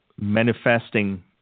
manifesting